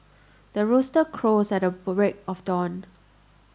the rooster crows at the break of dawn